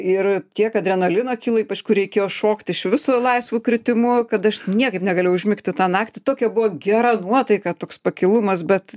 ir kiek adrenalino kilo ypač kur reikėjo šokt iš viso laisvu kritimu kad aš niekaip negalėjau užmigti tą naktį tokia buvo gera nuotaika toks pakilumas bet